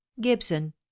Gibson